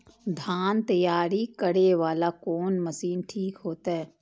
धान तैयारी करे वाला कोन मशीन ठीक होते?